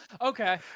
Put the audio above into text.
Okay